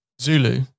Zulu